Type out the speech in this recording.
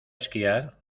esquiar